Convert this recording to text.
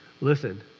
Listen